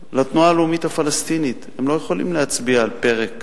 לתנועה הלאומית הפלסטינית לא יכולים להצביע על פרק